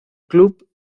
club